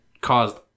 caused